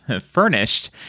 furnished